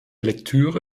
lektüre